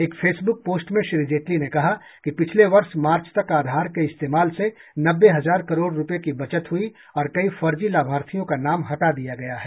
एक Facebook post में श्री जेटली ने कहा कि पिछले वर्ष मार्च तक आधार के इस्तेमाल से नब्बे हजार करोड़ रूपये की बचत हुई और कई फर्जी लाभार्थियों का नाम हटा दिया गया है